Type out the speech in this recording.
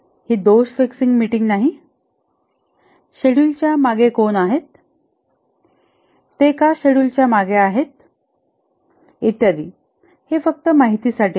ही दोष fixing meeting नाहीशेड्यूलच्या मागे कोण आहे का शेडूल च्या मागे आहे इत्यादी हे फक्त माहितीसाठी आहे